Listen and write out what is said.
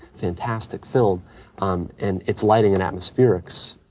fantastic film and it's lighting and atmospherics,